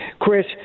Chris